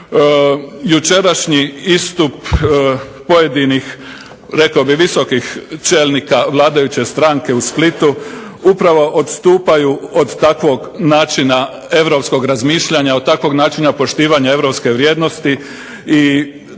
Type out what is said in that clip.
Jučerašnji istup pojedinih rekao bih visokih čelnika vladajuće stranke u Splitu upravo odstupaju od takvog načina europskog razmišljanja, od takvog načina poštivanja europske vrijednosti i takve istupe